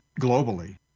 globally